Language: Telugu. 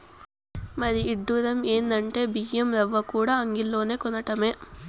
మరీ ఇడ్డురం ఎందంటే బియ్యం రవ్వకూడా అంగిల్లోనే కొనటమే